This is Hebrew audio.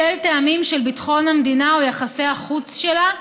בשל טעמים של ביטחון המדינה או יחסי החוץ שלה,